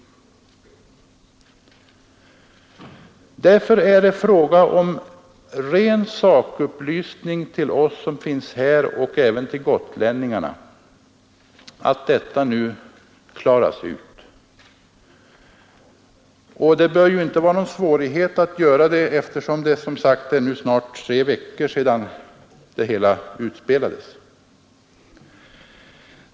Det är för att ge ren sakupplysning till oss som finns här och även till gotlänningarna som jag är angelägen att detta nu klaras ut. Det bör inte vara någon svårighet att göra det, eftersom det är snart tre veckor sedan det hela utspelades.